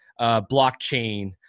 blockchain